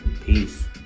Peace